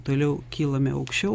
toliau kylame aukščiau